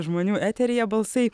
žmonių eteryje balsai